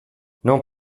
non